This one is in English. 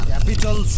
Capital